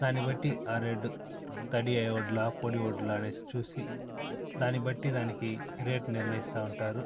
దాన్ని బట్టి ఆ రేటు తడి వడ్ల పొడి వడ్ల అనేసి చూసి దాన్ని బట్టి దానికి రేటు నిర్ణయిస్తూ ఉంటారు